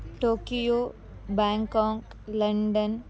Tokyo Bangkok London